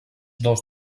dos